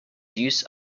use